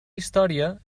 història